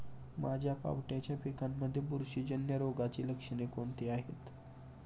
माझ्या पावट्याच्या पिकांमध्ये बुरशीजन्य रोगाची लक्षणे कोणती आहेत?